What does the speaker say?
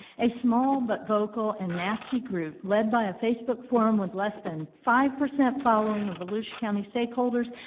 a small but vocal and nasty group led by a facebook forum with less than five percent following of volusia county stakeholders,